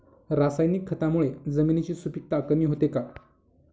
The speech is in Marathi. रासायनिक खतांमुळे जमिनीची सुपिकता कमी होते का?